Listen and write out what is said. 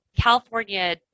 California